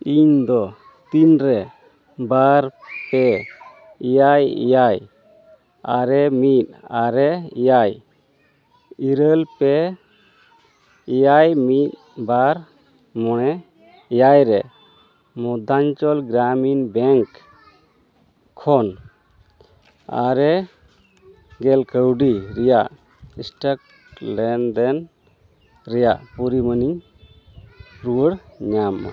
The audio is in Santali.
ᱤᱧᱫᱚ ᱛᱤᱱᱨᱮ ᱵᱟᱨ ᱯᱮ ᱮᱭᱟᱭ ᱮᱭᱟᱭ ᱟᱨᱮ ᱢᱤᱫ ᱟᱨᱮ ᱮᱭᱟᱭ ᱤᱨᱟᱹᱞ ᱯᱮ ᱮᱭᱟᱭ ᱢᱤᱫ ᱵᱟᱨ ᱢᱚᱬᱮ ᱮᱭᱟᱭ ᱨᱮ ᱢᱚᱫᱽᱫᱷᱟᱧᱪᱚᱞ ᱜᱨᱟᱢᱤᱱ ᱵᱮᱝᱠ ᱠᱷᱚᱱ ᱟᱨᱮ ᱜᱮᱞ ᱠᱟᱣᱰᱤ ᱨᱮᱱᱟᱜ ᱥᱴᱟᱠ ᱞᱮᱱᱫᱮᱱ ᱨᱮᱱᱟᱜ ᱯᱚᱨᱤᱢᱟᱱᱤᱧ ᱨᱩᱣᱟᱹᱲ ᱧᱟᱢᱟ